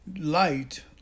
light